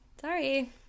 Sorry